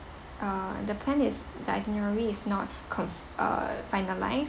uh the plan is the itinerary is not conf~ finalize